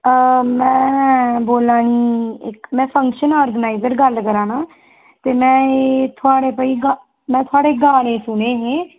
में बोल्ला निं इक में फंक्शन आर्गेनाइजर गल्ल करा ना ते में एह् थुआढ़े भाई गा में थुआढ़े गाने सुने हे